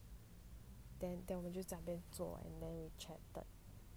then then 我们就讲边 and then we chatted